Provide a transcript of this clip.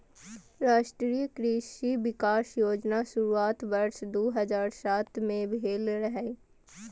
राष्ट्रीय कृषि विकास योजनाक शुरुआत वर्ष दू हजार सात मे भेल रहै